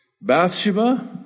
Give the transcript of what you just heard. Bathsheba